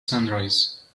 sunrise